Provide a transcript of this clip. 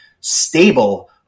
stable